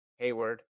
Hayward